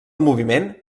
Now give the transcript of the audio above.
moviment